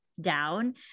down